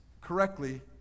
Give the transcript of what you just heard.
correctly